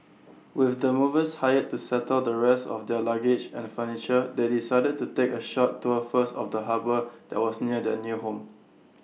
with the movers hired to settle the rest of their luggage and furniture they decided to take A short tour first of the harbour that was near their new home